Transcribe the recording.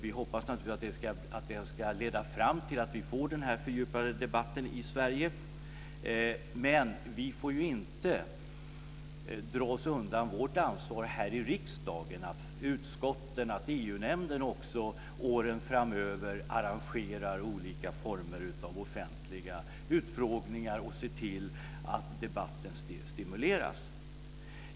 Vi hoppas naturligtvis att den ska leda till att vi får den här fördjupade debatten i Sverige, men vi får inte dra oss undan vårt ansvar här i riksdagen. Det är viktigt att också utskotten och EU-nämnden under åren framöver arrangerar olika former av offentliga utfrågningar och ser till att debatten stimuleras.